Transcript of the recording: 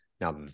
Now